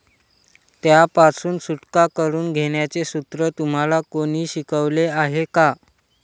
त्यापासून सुटका करून घेण्याचे सूत्र तुम्हाला कोणी शिकवले आहे का?